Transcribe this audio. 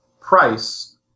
price